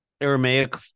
Aramaic